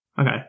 Okay